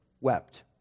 wept